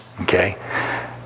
okay